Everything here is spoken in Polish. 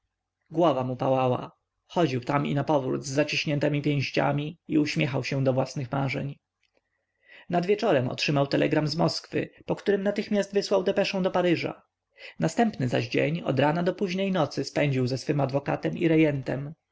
mu pałała chodził tam i napowrót z zaciśniętemi pięściami i uśmiechał się do własnych marzeń nad wieczorem otrzymał telegram z moskwy po którym natychmiast wysłał depeszę do paryża następny zaś dzień od rana do późnej nocy spędził ze swym adwokatem i